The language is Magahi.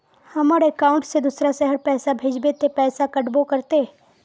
हमर अकाउंट से दूसरा शहर पैसा भेजबे ते पैसा कटबो करते?